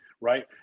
Right